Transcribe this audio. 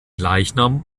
leichnam